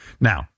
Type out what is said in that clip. Now